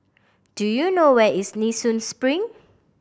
do you know where is Nee Soon Spring